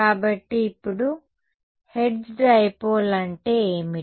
కాబట్టి ఇప్పుడు hertz dipole అంటే ఏమిటి